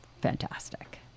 fantastic